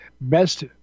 best